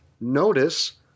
notice